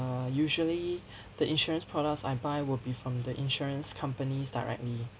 err usually the insurance products I buy will be from the insurance companies directly